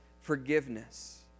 forgiveness